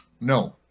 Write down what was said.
No